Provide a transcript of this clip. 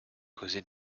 causer